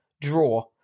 draw